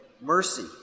mercy